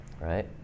right